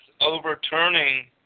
overturning